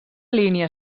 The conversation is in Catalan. línia